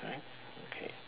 right okay